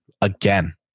again